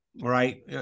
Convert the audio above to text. right